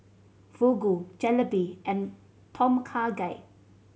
Fugu Jalebi and Tom Kha Gai